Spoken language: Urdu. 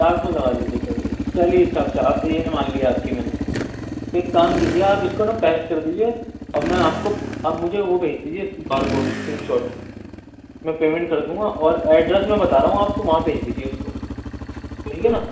چار سو لگا لیجیے چلیے چلیے چاچا یہ مان لی آپ کی میں نے ایک کام کیجیے آپ اس کو نا پیک کر دیجیے اور میں آپ کو آپ مجھے وہ بھیج دیجیے بار کوڈ اسکرین شوٹ میں پیمینٹ کر دوں گا اور ایڈریس میں بتا رہا ہوں آپ کو وہاں بھیج دیجیے اس کو ٹھیک ہے نا